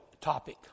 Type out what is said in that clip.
topic